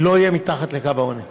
לא יהיה מתחת לקו העוני.